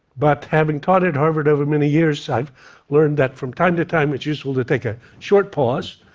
but having taught at harvard over many years, i've learned that from time to time, it's useful to take a short pause,